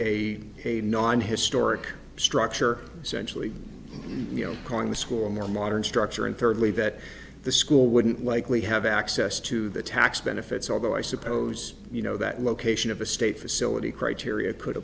a non historic structure centrally you know calling the school more modern structure and thirdly that the school wouldn't likely have access to the tax benefits although i suppose you know that location of a state facility criteria could